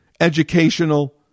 educational